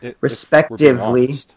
respectively